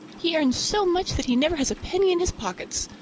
he earns so much that he never has a penny in his pockets.